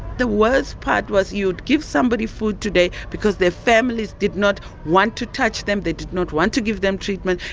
the worst part was you would give somebody food today because their families did not want to touch them, they did not want to give them treatment,